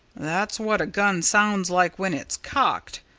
that's what a gun sounds like when it's cocked,